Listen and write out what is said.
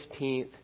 15th